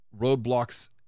roadblocks